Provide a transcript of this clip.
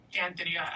Anthony